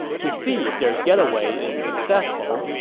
to see if their getaway is successful,